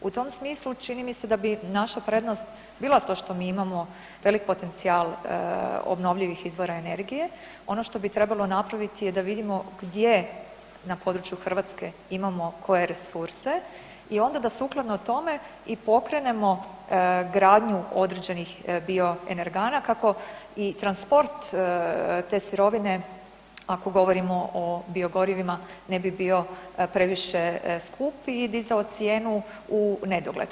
U tom smislu čini mi se da bi naša prednost bila to što mi imamo velik potencijal obnovljivih izvora energije, ono što bi trebalo napraviti da vidimo gdje na području Hrvatske imamo koje resurse i onda da sukladno tome i pokrenemo gradnju određenih bioenergana kako i transport te sirovine, ako govorimo o biogorivima ne bi bio previše skup i dizao cijenu u nedogled.